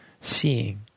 seeing